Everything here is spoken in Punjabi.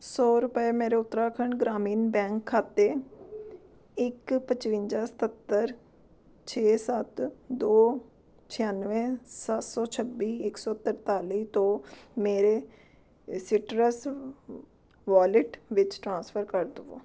ਸੌ ਰੁਪਏ ਮੇਰੇ ਉੱਤਰਾਖੰਡ ਗ੍ਰਾਮੀਣ ਬੈਂਕ ਖਾਤੇ ਇੱਕ ਪਚਵੰਜਾ ਸਤੱਤਰ ਛੇ ਸੱਤ ਦੋ ਛਿਆਨਵੇਂ ਸੱਤ ਸੌ ਛੱਬੀ ਇੱਕ ਸੌ ਤਰਤਾਲੀ ਤੋਂ ਮੇਰੇ ਸੀਟਰਸ ਵਾਲਿਟ ਵਿੱਚ ਟ੍ਰਾਂਸਫਰ ਕਰ ਦੇਵੋ